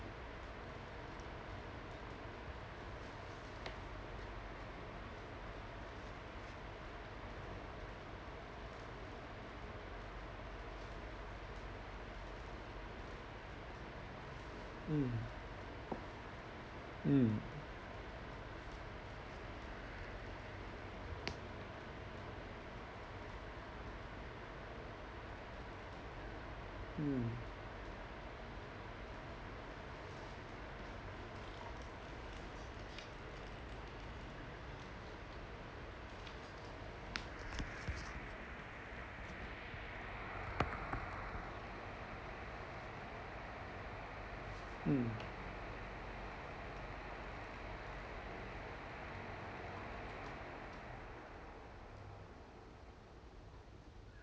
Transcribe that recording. mm mm mm mm